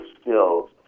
skills